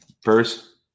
First